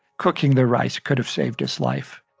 cooking the rice could have saved his life